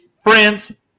friends